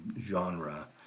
genre